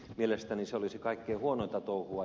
mielestäni se olisi kaikkein huonointa touhua